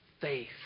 faith